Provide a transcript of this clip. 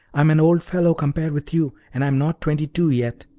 i'm an old fellow compared with you, and i'm not twenty-two yet.